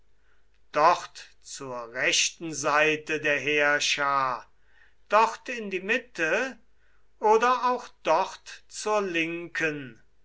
dort zur rechten seite der heerschar dort in die mitte oder auch dort zur linken